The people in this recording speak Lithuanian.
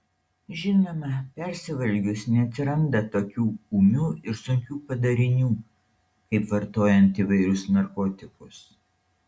žinoma persivalgius neatsiranda tokių ūmių ir sunkių padarinių kaip vartojant įvairius narkotikus